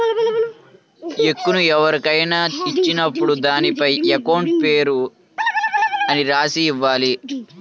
చెక్కును ఎవరికైనా ఇచ్చినప్పుడు దానిపైన అకౌంట్ పేయీ అని రాసి ఇవ్వాలి